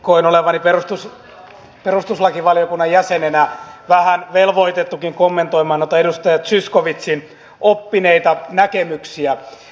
koen olevani perustuslakivaliokunnan jäsenenä vähän velvoitettukin kommentoimaan noita edustaja zyskowiczin oppineita näkemyksiä